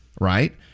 right